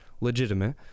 legitimate